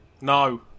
No